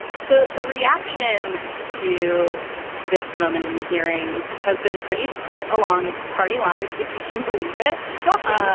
so the reaction to this moment in the hearings has been pretty split along party lines. if you can believe it. shocking. yeah